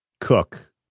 cook